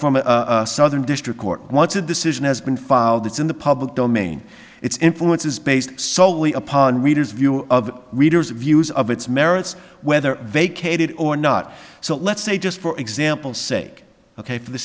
from a southern district court once a decision has been filed it's in the public domain its influence is based solely upon reader's view of readers views of its merits whether vacated or not so let's say just for example sake ok for the